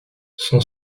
son